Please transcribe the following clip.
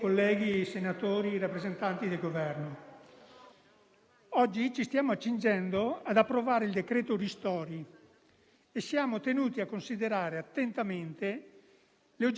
Ma mi riferisco anche alle limitazioni che questo Governo ha imposto a determinate categorie come bar, ristoranti, alberghi, musei e spettacoli.